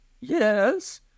yes